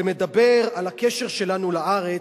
ומדבר על הקשר שלנו לארץ,